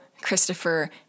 Christopher